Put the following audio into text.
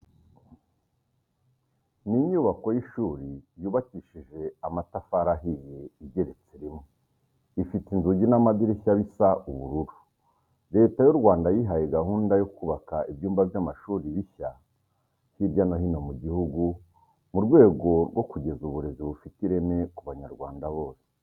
Ni inyubako y'ishuri yubakishije amatafari ahiye igeretse rimwe, ifite inzugi n'amadirishya bisa ubururu. Leta y'u Rwanda yihaye gahunda yo kubaka ibyumba by'amashuri bishya hirya no hino mu gihugu mu rwego rwo kugeza uburezi bufite ireme ku banyarwanda bose.